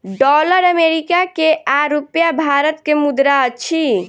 dollar America के आ रूपया भारत के मुद्रा अछि